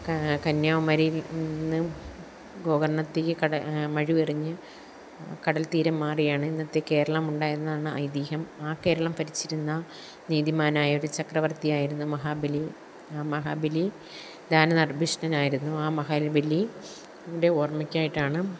കന്യാകുമാരി യില്നിന്ന് ഗോകർണ്ണത്തേയ് കട മഴുവെറിഞ്ഞ് കടൽതീരം മാറിയാണ് ഇന്നത്തെ കേരളമുണ്ടായതെന്നാണ് ഐതിഹ്യം ആ കേരളം ഭരിച്ചിരുന്ന നീതിമാനായ ഒരു ചക്രവർത്തിയായിരുന്നു മഹാബലി ആ മഹാബലി ദാനധർമ്മിഷ്ഠനായിരുന്നു ആ മഹാബലി ൻ്റെ ഓർമ്മയ്ക്കായിട്ടാണ്